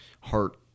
heart